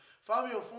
Fabio